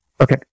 Okay